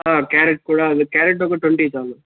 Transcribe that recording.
ఆ క్యారెట్ కూడా క్యారట్ ఒక ట్వంటీ చాలు